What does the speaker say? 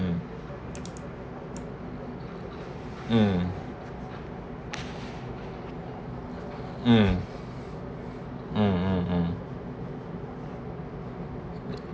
um um um um um um